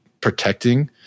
protecting